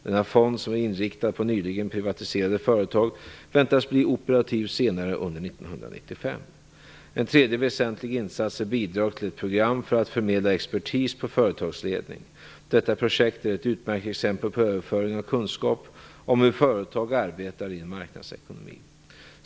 Denna fond, som är inriktad på nyligen privatiserade företag, väntas bli operativ senare under 1995. En tredje väsentlig insats är bidrag till ett program för att förmedla expertis på företagsledning. Detta projekt är ett utmärkt exempel på överföring av kunskap om hur företag arbetar i en marknadsekonomi.